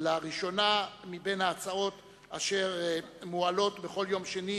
לראשונה מבין ההצעות אשר מועלות בכל יום שני